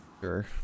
Sure